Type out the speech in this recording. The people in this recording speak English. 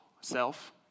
self